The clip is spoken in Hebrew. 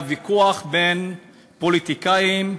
היה ויכוח בין פוליטיקאים,